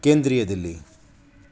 केंद्रीय दिल्ली